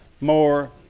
more